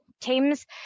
teams